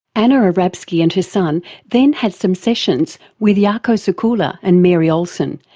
anna arabskyj and her son then had some sessions with jaakko seikkula and mary olsen,